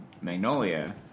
Magnolia